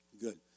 Good